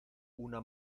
una